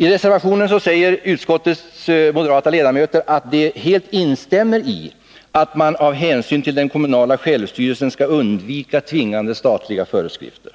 I reservationen säger utskottets moderata ledamöter att de helt instämmer i att man av hänsyn till den kommunala självstyrelsen skall undvika tvingande statliga föreskrifter.